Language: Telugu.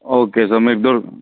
ఓకే సార్ మీకు దొరు